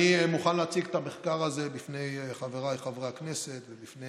אני מוכן להציג את המחקר הזה בפני חבריי חברי הכנסת ובפני